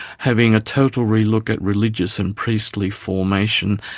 having a total relook at religious and priestly formation,